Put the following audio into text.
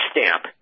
Stamp